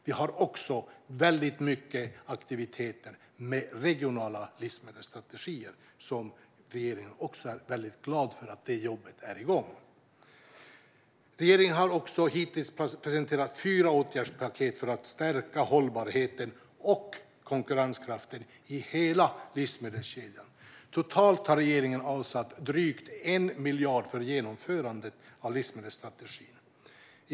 Vi har också mycket aktiviteter med regionala livsmedelsstrategier. Regeringen är också mycket glad över att detta arbete är i gång. Regeringen har hittills presenterat fyra åtgärdspaket för att stärka hållbarheten och konkurrenskraften i hela livsmedelskedjan. Totalt har regeringen avsatt drygt 1 miljard för genomförandet av livsmedelsstrategin.